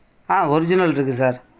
ஆ original இருக்கு sir